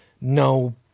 No